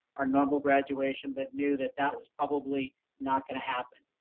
our normal graduation, but knew that that was probably not gonna happen.